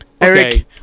Eric